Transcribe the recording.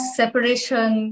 separation